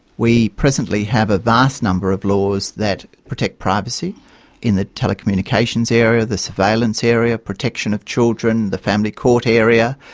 we presently have a vast number of laws that protect privacy in the telecommunications area, the surveillance area, protection of children, the family court area,